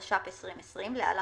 התש"ף 2020 (להלן,